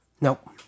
Nope